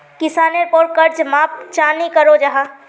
किसानेर पोर कर्ज माप चाँ नी करो जाहा?